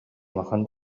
улахан